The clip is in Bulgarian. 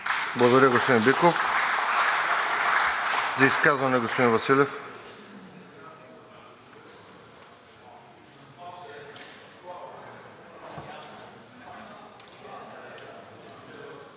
Благодаря, господин Биков. За изказване – господин Василев.